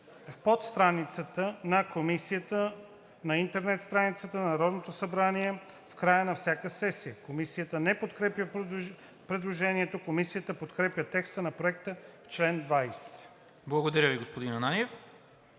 в подстраницата на Комисията на интернет страницата на Народното събрание в края на всяка сесия.“ Комисията не подкрепя предложението. Комисията подкрепя текста на Проекта за чл. 20. ПРЕДСЕДАТЕЛ НИКОЛА